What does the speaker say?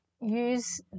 use